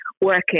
working